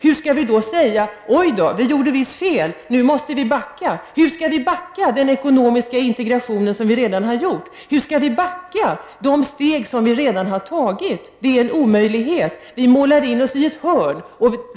Vad skall vi då säga? — Oj då, vi gjorde visst fel. Nu måste vi backa. Hur skall vi dra oss ur den ekonomiska integration som redan har skett? Hur skall vi backa de steg som vi redan har tagit? Det är en omöjlighet! Vi målar in oss i ett hörn.